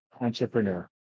entrepreneur